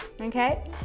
Okay